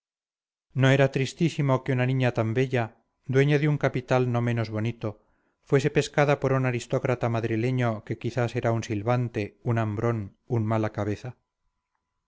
no era tristísimo que una niña tan bella dueña de un capital no menos bonito fuese pescada por un aristócrata madrileño que quizás era un silbante un hambrón un mala cabeza